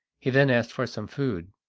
he then asked for some food.